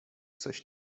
coś